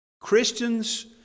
Christians